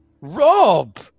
Rob